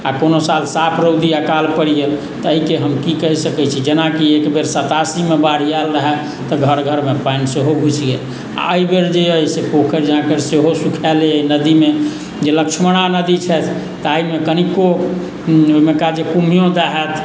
आ कोनो साल साफ रौदी अकाल पड़ि गेल तऽ एहिके हम की कही सकैत छी जेनाकि एकबेर सतासीमे बाढ़ि आएल रहए तऽ घर घरमे पानि सेहो घुसि गेल आ एहिबेर जे एहि से पोखरि झाँखरि सेहो सुखाएले अइ नदीमे जे लक्ष्मणा नदी छथि ताहिमे कनिको ओहिमेका जे कुम्हियो दहाएत